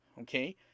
okay